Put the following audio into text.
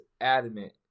adamant